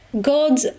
god